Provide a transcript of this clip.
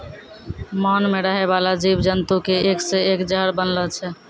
मान मे रहै बाला जिव जन्तु के एक से एक जहर बनलो छै